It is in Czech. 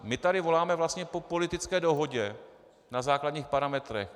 My tady voláme vlastně po politické dohodě na základních parametrech.